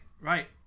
right